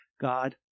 god